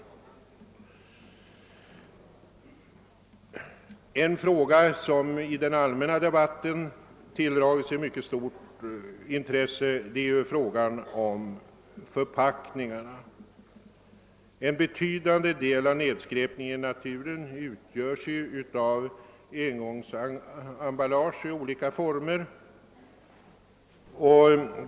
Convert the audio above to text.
En annan sak som har tilldragit sig mycket stort intresse i den allmänna debatten är frågan om förpackningarna. En betydande del av nedskräpningen i naturen utgörs som bekant av olika slags engångsemballage.